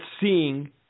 seeing